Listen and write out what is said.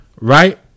Right